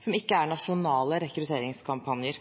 som ikke er nasjonale rekrutteringskampanjer.